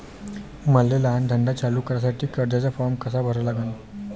मले लहान धंदा चालू करासाठी कर्जाचा फारम कसा भरा लागन?